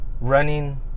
running